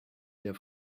der